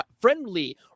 friendly